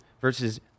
versus